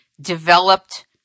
developed